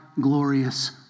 glorious